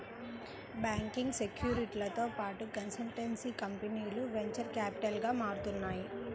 banking, సెక్యూరిటీలతో పాటు consultancy కంపెనీలు వెంచర్ క్యాపిటల్గా మారుతున్నాయి